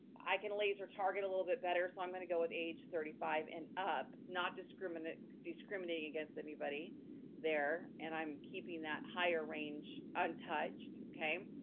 i can laser-target a little bit better, so i'm gonna go with age thirty five and up, not discriminating discriminating against anybody there, and i'm keeping that higher range untouched, okay?